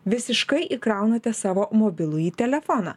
visiškai įkraunate savo mobilųjį telefoną